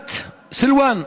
בשכונת סילוואן,